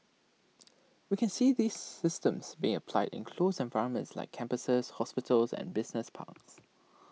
we can see these systems being applied in closed environments like campuses hospitals and business parks